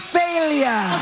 failure